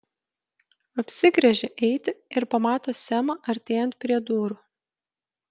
apsigręžia eiti ir pamato semą artėjant prie durų